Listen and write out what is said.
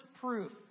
proof